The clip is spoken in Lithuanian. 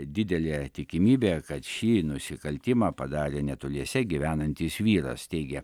didelė tikimybė kad šį nusikaltimą padarė netoliese gyvenantis vyras teigė